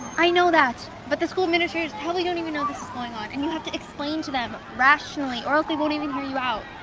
i know that, but the school administers probably don't even know this is going on, and you have to explain to them rationally or else they won't even hear you out.